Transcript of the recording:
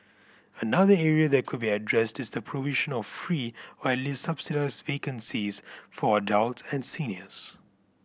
another area that could be addressed is the provision of free or at least subsidised vaccines for adult and seniors